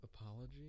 apology